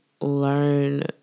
learn